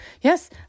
yes